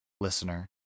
listener